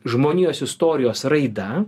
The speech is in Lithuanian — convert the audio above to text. žmonijos istorijos raida